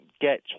get